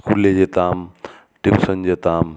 স্কুলে যেতাম টিউশান যেতাম